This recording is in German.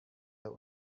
der